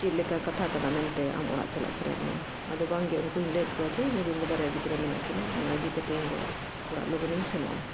ᱪᱮᱫ ᱞᱮᱠᱟ ᱠᱟᱛᱷᱟ ᱠᱟᱱᱟ ᱢᱮᱱᱛᱮ ᱟᱢ ᱚᱲᱟᱜ ᱪᱟᱞᱟᱜ ᱥᱟᱱᱟᱭᱮᱫ ᱢᱮᱭᱟ ᱟᱫᱚ ᱵᱟᱝᱜᱮ ᱩᱱᱠᱩᱧ ᱞᱟᱹᱭᱟᱫ ᱠᱚᱣᱟ ᱡᱮ ᱤᱧᱨᱮᱱ ᱫᱚ ᱵᱟᱨᱭᱟ ᱜᱤᱫᱽᱨᱟᱹ ᱢᱮᱱᱟᱜ ᱠᱤᱱᱟᱹ ᱚᱱᱟ ᱤᱫᱤ ᱠᱟᱛᱮᱫ ᱤᱧᱫᱚ ᱚᱲᱟᱜ ᱞᱚᱜᱚᱱᱤᱧ ᱥᱮᱱᱚᱜᱼᱟ